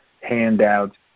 handouts